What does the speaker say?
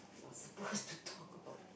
not supposed to talk about that